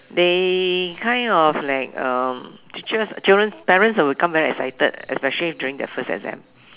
they kind of like um teachers children parents will become very excited especially during their first exam